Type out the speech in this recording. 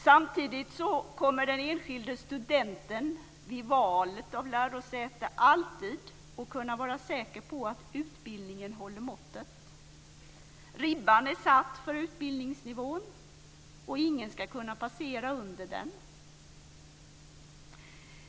Samtidigt kommer den enskilde studenten vid valet av lärosäte alltid att kunna vara säker på att utbildningen håller måttet. Ribban är satt för utbildningsnivån, och ingen ska kunna passera under den.